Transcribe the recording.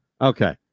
Okay